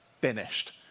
finished